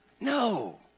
No